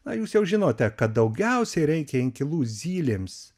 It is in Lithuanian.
na jūs jau žinote kad daugiausiai reikia inkilų zylėms